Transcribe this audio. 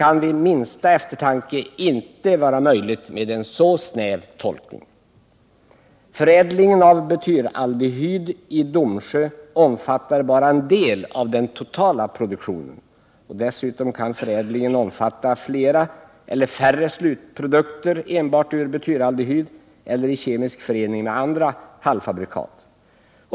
Minsta eftertanke säger att en så snäv tolkning inte kan vara möjlig. Förädlingen av butyraldehyd i Domsjö är bara en del av den totala produktionen. Dessutom kan förädlingen omfatta flera eller färre slutprodukter enbart ur butyraldehyd eller i kemisk förening med andra halvfabrikat.